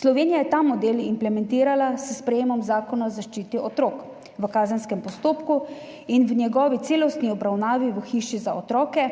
Slovenija je ta model implementirala s sprejetjem Zakona o zaščiti otrok v kazenskem postopku in njihovi celostni obravnavi v hiši za otroke